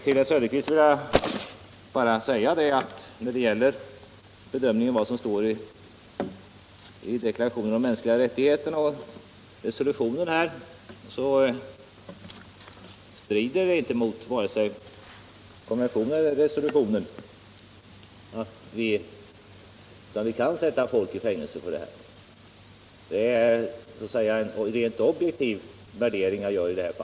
Till herr Söderqvist vill jag bara säga att det inte strider mot vare sig deklarationen om de mänskliga rättigheterna eller mot resolutionen, att vi sätter folk i fängelse för vägran. Det är så att säga en rent objektiv värdering jag därvid gör.